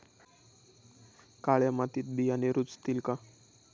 काळ्या मातीत बियाणे रुजतील का?